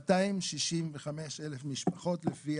265,000 משפחות, לפי